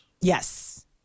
Yes